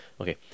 Okay